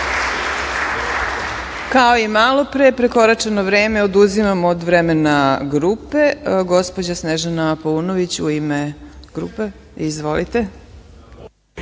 Kao i malopre, prekoračeno vreme oduzimamo od vremena grupe. Gospođa Snežana Paunović u ime grupe. Izvolite.